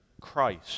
Christ